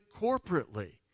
corporately